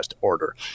order